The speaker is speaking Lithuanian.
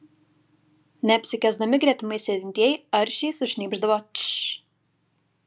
neapsikęsdami gretimais sėdintieji aršiai sušnypšdavo tš